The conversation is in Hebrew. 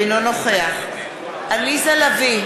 אינו נוכח עליזה לביא,